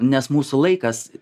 nes mūsų laikas